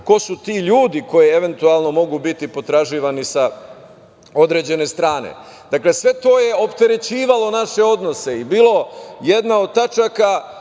ko su ti ljudi koji, eventualno, mogu biti potraživani sa određene strane. Dakle, sve to je opterećivalo naše odnose i bilo jedna od tačaka